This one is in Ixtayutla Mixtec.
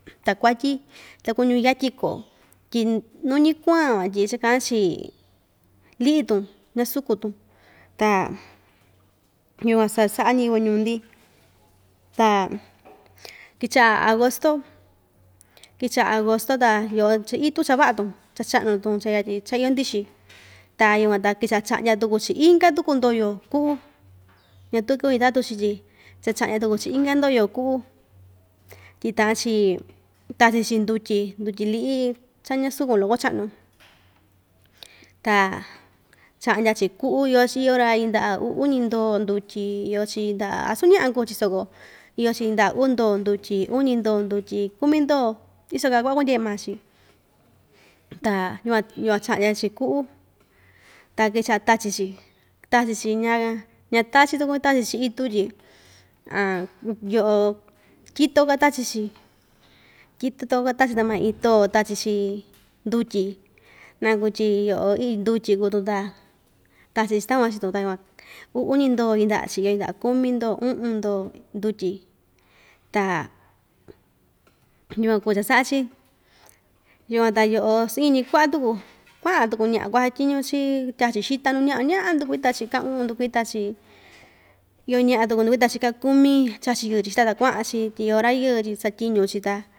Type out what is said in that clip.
Takuatyi takuñu yatyi koo tyi nuñi kuan tyi cha kaꞌan‑chi liꞌi‑tun ña‑sukun‑tun ta yukuan saa saꞌa ñiyɨvɨ ñuu‑ndi ta kichaꞌa agosto kichaꞌa agosto ta yoou itu cha vaꞌa‑tun cha chaꞌnu‑tun cha yatyin cha iyo ndɨxɨ ta yukuan kichaꞌa chaꞌndya tuku‑chi inka tuku ndoyo kuꞌu ña tuu kɨvɨ ndɨtatu‑ch tyi cha chaꞌndya tuku‑chi inka ndoyo kuꞌu tyi taꞌan‑chi tachi‑chi ndutyi ndutyi liꞌi cha ña sukun loko chaꞌnu ta chaꞌndya‑chi kuꞌu iyoch iyo‑ra yɨndaꞌa uu uñi ndoo ndutyi iyo‑chi yɨndaꞌa asu ñaꞌa kuu‑chi soko oyo‑chi yɨndaꞌa uu ndoo ndutyi uñi ndoo ndutyi kumi ndoo iso kaa kuaꞌa kundye maa‑chi ta yukuan chaꞌya‑chi kuꞌu ta kɨchaꞌa tachi‑chi tachi‑chi ñaa ña tachi takuñu tachi‑chi itu tyi yoꞌo tyito‑ka tachi‑chi tyito‑ka ta maa iin too tachi‑chi ndutyi naku tyi yoꞌo ndutyi kuu‑tun ta kachi‑tun takuan yukuna uu uñi ndoo yɨꞌndaꞌa‑chi io‑chi yɨndaꞌa kumi ndo uꞌun ndoo ndutyi ta yukuan kuu cha saꞌa‑chi yukuan ta yoꞌo iin‑ñi kuaꞌa tuku kuaꞌan‑tuku ñaꞌa kua‑satyiñu‑chi tyaa‑chixita nuu naꞌa ñaꞌa ndukuita‑chi ka uꞌun ndukuita‑chi yoo ñaꞌa ndukuita‑chi ka kumi chachi yɨɨ‑chi xita ta kuaꞌan‑chi tyi iyo rayɨɨ tyi satyiñu‑chi ta.